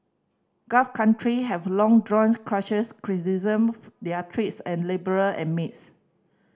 gulf country have long drawn criticism their treatment and labourer and maids